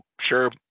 sure